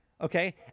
okay